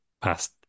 past